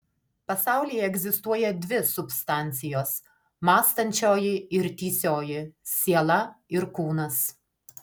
pasaulyje egzistuoja dvi substancijos mąstančioji ir tįsioji siela ir kūnas